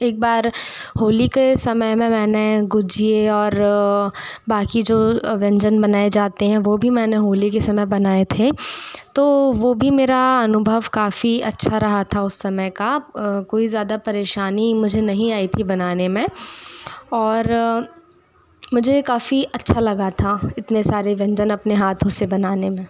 एक बार होली के समय में मैंने गुझिया और बाक़ी जो व्यंजन बनाए जाते हैं वो भी मैंने होली के समय बनाए थे तो वो भी मेरा अनुभव काफ़ी अच्छा रहा था उस समय का कोई ज़्यादा परेशानी मुझे नही आई थी बनाने में और मुझे काफ़ी अच्छा लगा था इतने सारे व्यंजन अपने हाथों से बनाने में